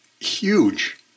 Huge